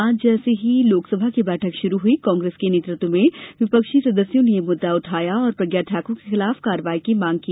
आज जैसे ही लोकसभा की बैठक शुरू हुई कांग्रेस के नेतृत्व में विपक्षी सदस्यों ने यह मुद्दा उठाया और प्रज्ञा ठाकुर के खिलाफ कारवाई की मांग की